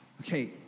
Okay